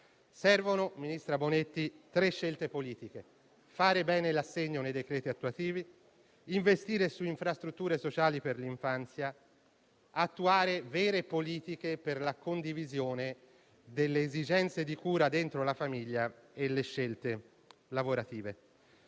politiche: disciplinare bene lo strumento dell'assegno nei decreti attuativi; investire su infrastrutture sociali per l'infanzia; attuare vere politiche per la condivisione delle esigenze di cura dentro la famiglia e delle scelte lavorative.